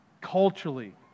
culturally